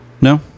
No